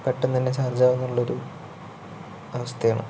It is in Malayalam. പെട്ടെന്നന്നെ ചാർജ്ജാവുംന്നുള്ളൊരു അവസ്ഥയാണ്